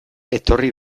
etorri